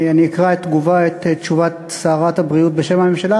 אני אקרא את תשובת שרת הבריאות בשם הממשלה,